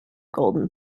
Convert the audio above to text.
golden